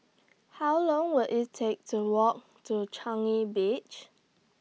How Long Will IT Take to Walk to Changi Beach